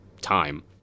time